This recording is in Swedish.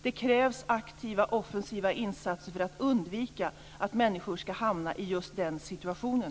Det krävs aktiva, offensiva insatser för att undvika att människor hamnar i den situationen.